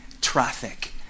traffic